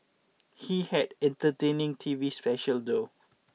he had entertaining T V special though